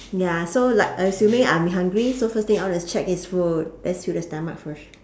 ya so like assuming I'm hungry so first thing I wanna check is food let's do the stomach first